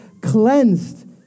cleansed